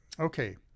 Okay